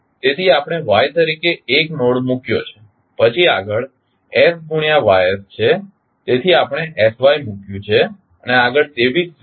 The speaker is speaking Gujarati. તેથી આપણે Y તરીકે 1 નોડ મૂક્યો છે પછી આગળ s ગુણ્યા Ys છે તેથી આપણે sY મૂક્યું છે અને આગળ તેવી જ રીતે